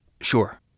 Sure